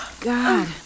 god